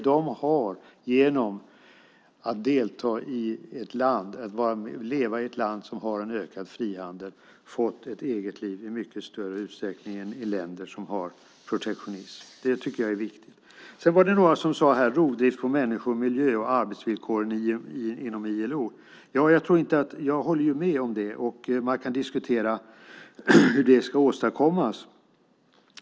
De har genom att leva i ett land med ökad frihandel fått ett eget liv i mycket större utsträckning än i länder som har protektionism. Det tycker jag är viktigt. Några talade också om rovdrift på miljö och människor och om arbetsvillkoren i ILO. Jag håller med. Man kan diskutera hur man kommer till rätta med detta.